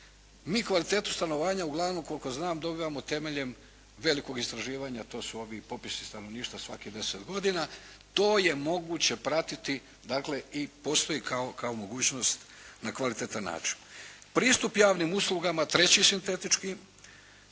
Mi kvalitetu stanovanja, uglavnom koliko znam dobivamo temeljem velikog istraživanja, to su ovi popisi stanovništva svakih 10 godina. To je moguće pratiti dakle i postoji kao mogućnost na kvalitetan način. Pristup javnim uslugama, treći sintetički